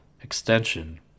extension